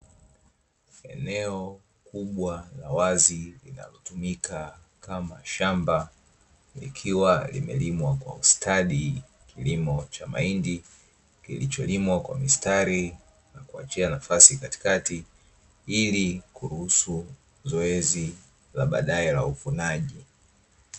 Eneo kubwa la wazi, linalotumika kama shamba, likiwa limelimwa kwa ustadi. Kilimo cha mahindi, kilicholimwa kwa mistari na kuachia nafasi katikati ili kuruhusu zoezi la baadaye la uvunaji.